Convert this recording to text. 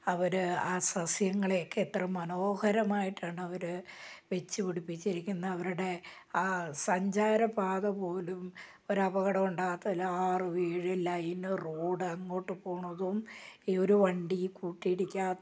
അവർ ആ സസ്യങ്ങളെയൊക്കെ എത്ര മനോഹരമായിട്ടാണ് അവർ വച്ച് പിടിപ്പിച്ചിരിക്കുന്നത് അവരുടെ ആ സഞ്ചാര പാത പോലും ഒരു അപകടവും ഉണ്ടാവാത്ത ആറും ഏഴും ലൈനും റോഡ് അങ്ങോട്ട് പോകുന്നതും ഒരു വണ്ടിയും കൂട്ടിയിടിക്കാത്ത